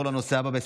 הצבעה.